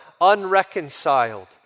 unreconciled